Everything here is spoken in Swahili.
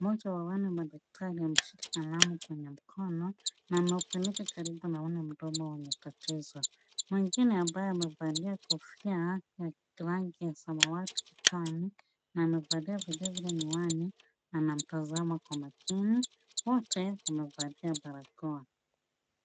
Mmoja wa wale madaktari ameshikilia kalamu kwenye mkono na amepeleka karibu aone penye mdomo wenye tatizo. Mwengine ambaye amevalia kofia ya rangi ya samawati kichwani na amevalia vilevile miwani, anamtazama kwa makini, wote wamevalia barakoa .